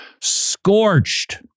scorched